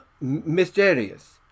mysterious